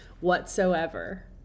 whatsoever